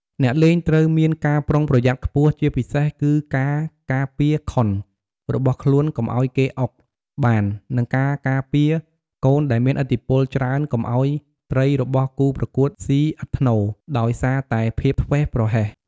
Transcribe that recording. អ្នកលេងត្រូវមានការប្រុងប្រយ័ត្នខ្ពស់ជាពិសេសគឺការការពារ «ខុន» របស់ខ្លួនកុំឱ្យគេ «អុក» បាន និងការការពារកូនដែលមានឥទ្ធិពលច្រើនកុំឱ្យត្រីរបស់គូប្រកួតស៊ីឥតថ្នូរ ដោយសារតែភាពធ្វេសប្រហែស។